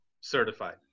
certified